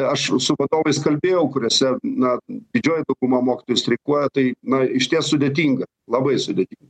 aš su vadovais kalbėjau kuriose na didžioji dauguma mokytojų streikuoja tai na išties sudėtinga labai sudėtin